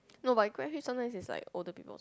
no but Grab Hitch sometimes is like all the people